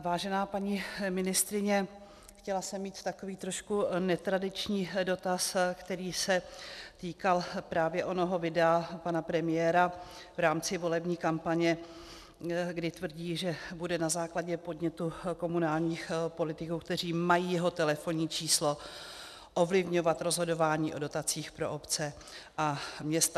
Vážená paní ministryně, chtěla jsem mít takový trošku netradiční dotaz, který se týkal právě onoho videa pana premiéra v rámci volební kampaně, kdy tvrdí, že bude na základě podnětu komunálních politiků, kteří mají jeho telefonní číslo, ovlivňovat rozhodování o dotacích pro obce a města.